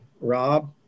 Rob